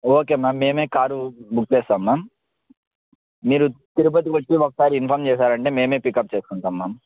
okay ma'am మేమే car book చేస్తాం ma'am మీరు తిరుపతి వచ్చి ఒకసారి ఇన్ఫార్మ్ చేసారంటే మేమే పిక్అప్ చేసుకుంటాం మ్యామ్